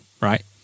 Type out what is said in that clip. right